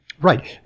Right